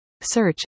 search